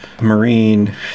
marine